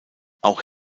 auch